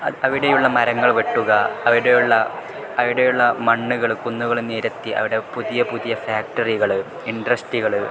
അവിടെയുള്ള മരങ്ങൾ വെട്ടുക അവിടെയുള്ള അവിടെയുള്ള മണ്ണുകൾ കുന്നുകൾ നിരത്തി അവിടെ പുതിയ പുതിയ ഫാക്ടറികൾ ഇൻഡ്രസ്ട്രികൾ